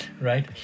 right